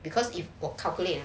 because if we calculate